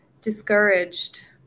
discouraged